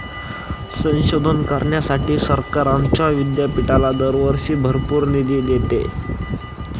संशोधन करण्यासाठी सरकार आमच्या विद्यापीठाला दरवर्षी भरपूर निधी देते